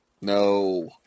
No